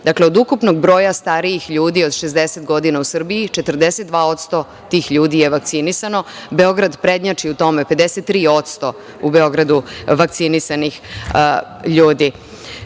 Dakle, od ukupnog broja starijih ljudi od 60 godina u Srbiji, 42% tih ljudi je vakcinisano. Beograd prednjači u tome, 53% vakcinisanih ljudi